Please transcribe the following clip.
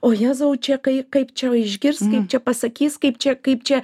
o jėzau čia kai kaip čia išgirs kaip čia pasakys kaip čia kaip čia